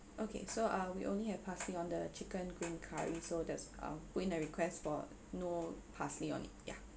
okay so uh we only have parsley on the chicken green curry so that's uh put in a request for no parsley on it yeah